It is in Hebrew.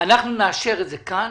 אנחנו נאשר את זה כאן